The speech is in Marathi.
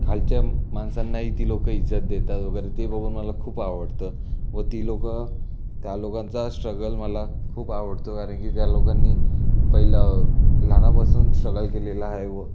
खालच्या माणसांनाही ती लोक इज्जत देतात वगैरे ते बघून मला खूप आवडतं व ती लोक त्या लोकांचा स्ट्रगल मला खूप आवडतो कारण की त्या लोकांनी पहिला लहानापासून सलाइव केलेला आहे व